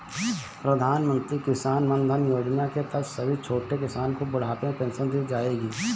प्रधानमंत्री किसान मानधन योजना के तहत सभी छोटे किसानो को बुढ़ापे में पेंशन दी जाएगी